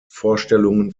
vorstellungen